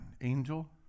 angel